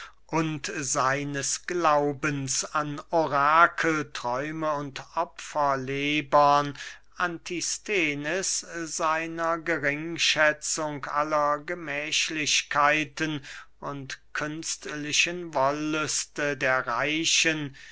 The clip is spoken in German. seines glaubens an orakel träume und opferlebern antisthenes seiner geringschätzung aller gemächlichkeiten und künstlichen wollüste der reichen